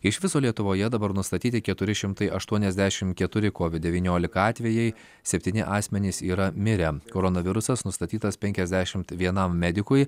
iš viso lietuvoje dabar nustatyti keturi šimtai aštuoniasdešimt keturi covid devyniolika atvejai septyni asmenys yra mirę koronavirusas nustatytas penkiasdešimt vienam medikui